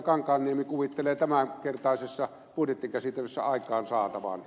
kankaanniemi kuvittelee tämänkertaisessa budjettikäsittelyssä aikaansaatavan